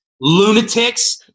lunatics